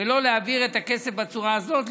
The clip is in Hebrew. ולא להעביר את הכסף בצורה הזאת,